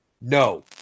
no